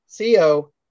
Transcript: co